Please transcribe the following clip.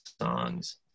songs